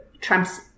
trumps